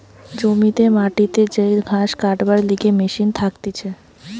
জমিতে মাটিতে যে ঘাস কাটবার লিগে মেশিন থাকতিছে